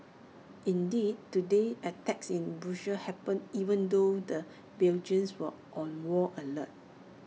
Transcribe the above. indeed today's attacks in Brussels happened even though the Belgians were on wall alert